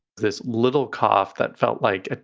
this little cough that felt like a,